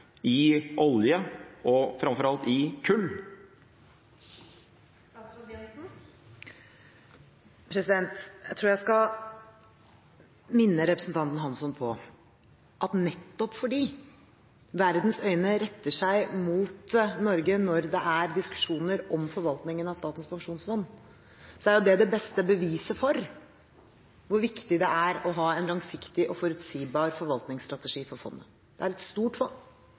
i olje og – framfor alt – i kull? Jeg tror jeg skal minne representanten Hansson på at nettopp fordi verdens øyne retter seg mot Norge når det er diskusjoner om forvaltningen av Statens pensjonsfond, er det det beste beviset for hvor viktig det er å ha en langsiktig og forutsigbar forvaltningsstrategi for fondet. Det er et stort fond